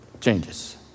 changes